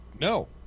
No